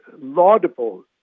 laudable